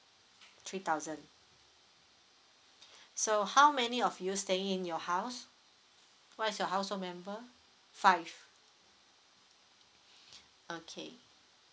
three thousand so how many of you staying in your house what is your household member five okay